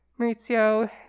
Maurizio